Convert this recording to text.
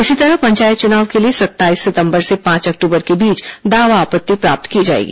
इसी तरह पंचायत चुनाव के लिये सत्ताईस सितम्बर से पांच अक्टूबर के बीच दावा आपत्ति प्राप्त की जाएगी